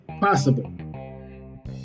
possible